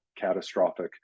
catastrophic